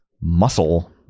muscle